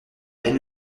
elle